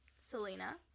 Selena